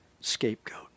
scapegoat